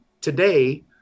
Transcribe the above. today